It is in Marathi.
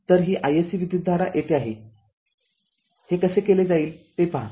तर ही iSC विद्युतधारा येथे आहेहे कसे केले जाईल ते पहा